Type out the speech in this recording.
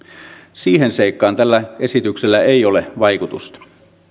siihen seikkaan tällä esityksellä ei ole vaikutusta